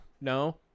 No